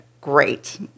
great